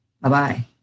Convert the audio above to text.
Bye-bye